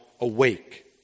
awake